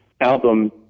album